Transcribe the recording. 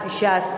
19,